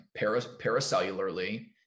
Paracellularly